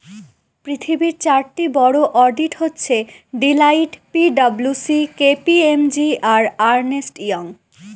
পৃথিবীর চারটি বড়ো অডিট হচ্ছে Deloitte P W C K P M G আর আর্নেস্ট ইয়ং